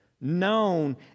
Known